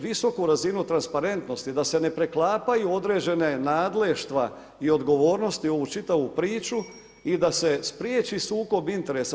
Visoku razinu transparentnosti, da se ne preklapaju određena nadleštva i odgovornosti u ovu čitavu priču i da se spriječi sukob interesa.